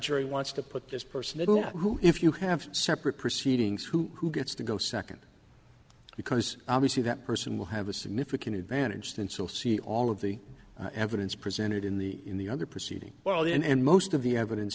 jury wants to put this person who if you have separate proceedings who gets to go second because obviously that person will have a significant advantage since we'll see all of the evidence presented in the in the other proceedings while the and most of the evidence